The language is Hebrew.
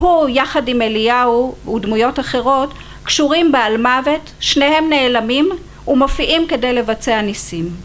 הוא יחד עם אליהו ודמויות אחרות קשורים באל-מוות, שניהם נעלמים ומופיעים כדי לבצע ניסים